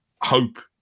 hope